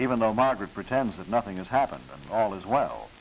even though margaret pretends that nothing has happened all is well